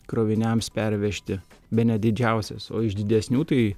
kroviniams pervežti bene didžiausias o iš didesnių tai